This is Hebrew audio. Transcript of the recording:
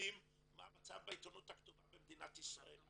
מבינים מה מצב העיתונות הכתובה במדינת ישראל.